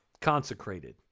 consecrated